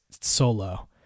solo